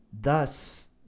thus